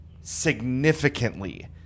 significantly